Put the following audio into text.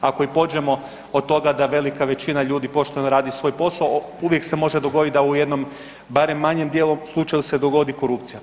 Ako i pođemo od toga da velika većina ljudi pošteno radi svoj posao uvijek se može dogodit da u jednom barem manjem dijelu slučajeva se dogodi korupcija.